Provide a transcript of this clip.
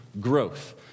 growth